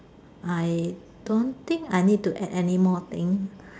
I don't think I need to add any more thing